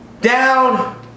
Down